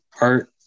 art